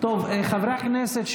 חבריי חברי הכנסת,